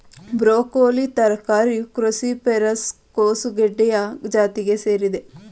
broccoli ತರಕಾರಿಯು cruciferous ಕೋಸುಗಡ್ಡೆಯ ಜಾತಿಗೆ ಸೇರಿದೆ